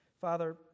Father